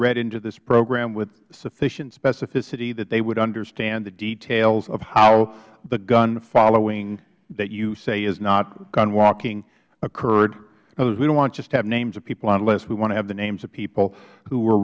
read into this program with sufficient specificity that they would understand the details of how the gun following that you say is not gun walking occurred in other words we don't want to just have names of people on lists we want to have the names of people who were